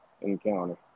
encounter